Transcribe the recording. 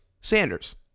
Sanders